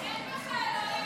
אין לך אלוהים.